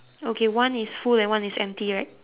okay one is full and one is empty right